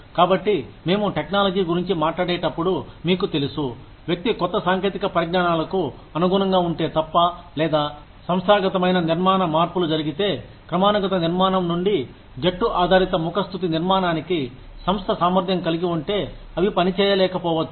కాబట్టి మేము టెక్నాలజీ గురించి మాట్లాడేటప్పుడు మీకు తెలుసు వ్యక్తి కొత్త సాంకేతిక పరిజ్ఞానాలకు అనుగుణంగా ఉంటే తప్ప లేదా సంస్థాగతమైన నిర్మాణ మార్పులు జరిగితే క్రమానుగత నిర్మాణం నుండి జట్టు ఆధారిత ముఖస్తుతి నిర్మాణానికి సంస్థ సామర్ధ్యం కలిగి ఉంటే అవి పనిచేయలేకపోవచ్చు